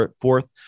fourth